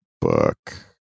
book